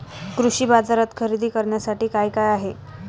कृषी बाजारात खरेदी करण्यासाठी काय काय आहे?